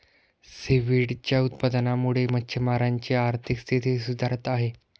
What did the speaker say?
सीव्हीडच्या उत्पादनामुळे मच्छिमारांची आर्थिक स्थिती सुधारत आहे